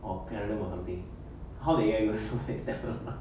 or canada or something how did you are you should start first lah